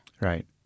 Right